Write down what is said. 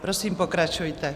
Prosím, pokračujte.